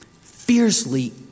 fiercely